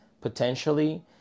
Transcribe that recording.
potentially